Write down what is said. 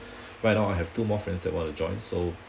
right now I have two more friends that want to join so